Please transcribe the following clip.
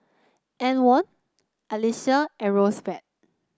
Antwon Alexia and Roosevelt